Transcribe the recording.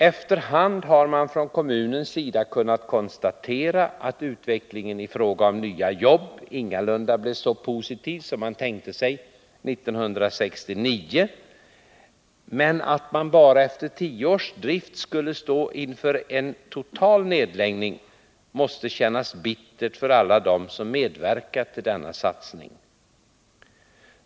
Efter hand har man från kommunens sida kunnat konstatera att utvecklingen i fråga om nya jobb ingalunda blev så positiv som ningsproblemen man tänkte sig 1969, men att man efter bara tio års drift skulle stå inför en; Borås och Sjutotal nedläggning måste kännas bittert för alla dem som medverkat till denna häradsbygden satsning.